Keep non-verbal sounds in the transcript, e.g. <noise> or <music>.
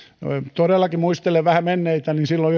todellakin muistelen vähän menneitä silloin <unintelligible>